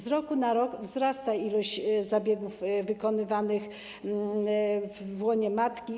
Z roku na rok wzrasta liczba zabiegów wykonywanych w łonie matki.